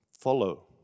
Follow